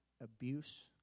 abuse